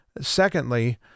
Secondly